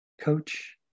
coach